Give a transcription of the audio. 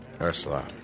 Ursula